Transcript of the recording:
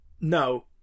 No